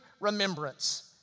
remembrance